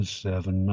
seven